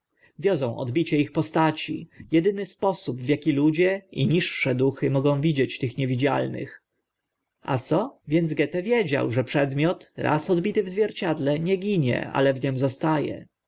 przejrzały wiozą odbicie ich postaci edyny sposób w aki ludzie i niższe duchy mogą widzieć tych niewidzialnych a co więc goethe wiedział że przedmiot raz odbity w zwierciedle nie ginie ale w nim zosta